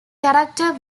character